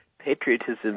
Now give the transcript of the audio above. patriotism